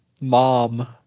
mom